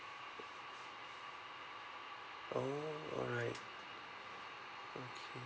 oh alright okay